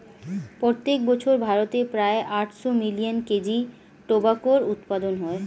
প্রত্যেক বছর ভারতে প্রায় আটশো মিলিয়ন কেজি টোবাকোর উৎপাদন হয়